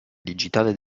digitale